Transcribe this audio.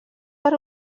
per